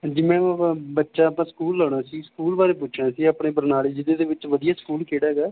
ਹਾਂਜੀ ਮੈਮ ਆਪਾਂ ਬੱਚਾ ਆਪਾਂ ਸਕੂਲ ਲਾਉਣਾ ਸੀ ਸਕੂਲ ਬਾਰੇ ਪੁੱਛਣਾ ਸੀ ਆਪਣੇ ਬਰਨਾਲੇ ਜ਼ਿਲ੍ਹੇ ਦੇ ਵਿੱਚ ਵਧੀਆ ਸਕੂਲ ਕਿਹੜਾ ਹੈਗਾ